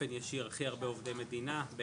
באופן ישיר הכי הרבה עובדי מדינה,